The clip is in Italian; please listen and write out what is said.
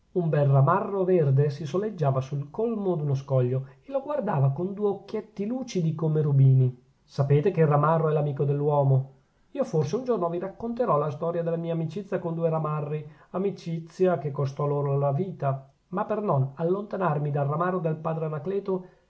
un bel ramarro verde si soleggiava sul colmo d'uno scoglio e lo guardava con due occhietti lucidi come rubini sapete che il ramarro è l'amico dell'uomo io forse un giorno vi racconterò la storia della mia amicizia con due ramarri amicizia che costò loro la vita ma per non allontanarmi dal ramarro del padre anacleto